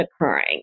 occurring